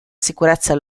sicurezza